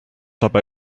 dabei